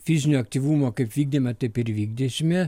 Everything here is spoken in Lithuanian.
fizinio aktyvumo kaip vykdėme taip ir vykdysime